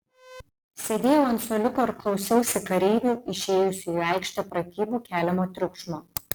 sėdėjau ant suoliuko ir klausiausi kareivių išėjusių į aikštę pratybų keliamo triukšmo